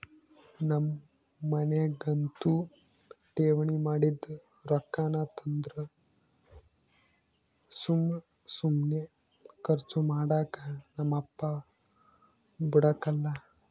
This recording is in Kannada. ನಮ್ ಮನ್ಯಾಗಂತೂ ಠೇವಣಿ ಮಾಡಿದ್ ರೊಕ್ಕಾನ ತಂದ್ರ ಸುಮ್ ಸುಮ್ನೆ ಕರ್ಚು ಮಾಡಾಕ ನಮ್ ಅಪ್ಪ ಬುಡಕಲ್ಲ